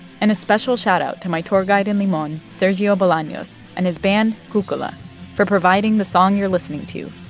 and a special shoutout to my tour guide in limon, sergio bolanos, and his band cucala for providing the song you're listening to,